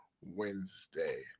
Wednesday